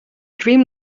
dream